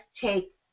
take